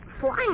flying